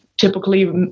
Typically